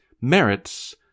merits